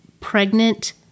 pregnant